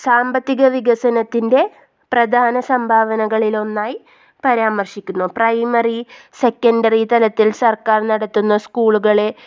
സാമ്പത്തിക വികസനത്തിൻ്റെ പ്രധാന സംഭാവനകളിലൊന്നായി പരാമർശിക്കുന്നു പ്രൈമറി സെക്കൻറ്ററി തലത്തിൽ സർക്കാർ നടത്തുന്ന സ്കൂളുകളെ